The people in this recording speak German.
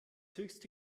höchste